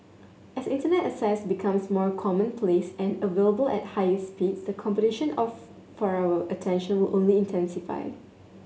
as Internet access becomes more commonplace and available at higher speeds the competition of for our attention will only intensify